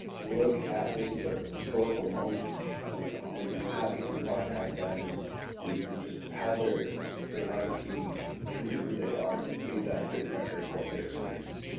look at this as a historical moment you know and and how they can archive that and and and just how their writings be true to who they are and leave that written record of what they're experiencing.